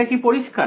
এটা কি পরিষ্কার